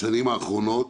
-- בשנים האחרונות,